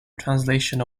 translation